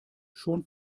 schon